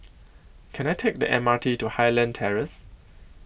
Can I Take The M R T to Highland Terrace